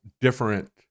different